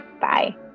bye